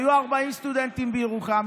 היו 40 סטודנטים בירוחם,